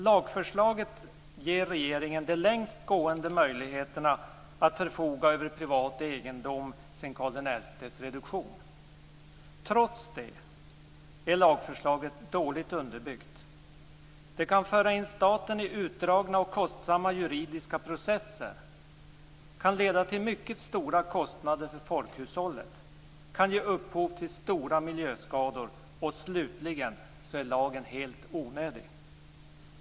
Lagförslaget ger regeringen de längst gående möjligheterna att förfoga över privat egendom sedan Karl XI:s reduktion. Trots det är lagförslaget dåligt underbyggt. Det kan föra in staten i utdragna och kostsamma juridiska processer, leda till mycket stora kostnader för folkhushållet och ge upphov till stora miljöskador. Slutligen är lagen helt onödig.